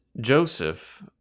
Joseph